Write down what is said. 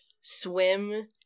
swim